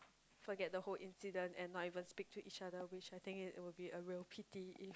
forget the whole incident and not even speak to each other which I think it will be a real pity if